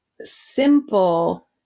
simple